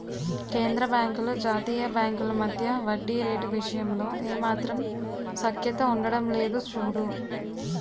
కేంద్రబాంకులు జాతీయ బాంకుల మధ్య వడ్డీ రేటు విషయంలో ఏమాత్రం సఖ్యత ఉండడం లేదు చూడు